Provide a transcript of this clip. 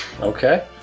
Okay